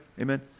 amen